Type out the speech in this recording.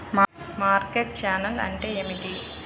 Market channel అంటే ఏమిటి?